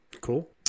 Cool